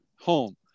home